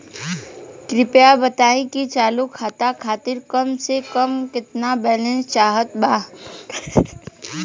कृपया बताई कि चालू खाता खातिर कम से कम केतना बैलैंस चाहत बा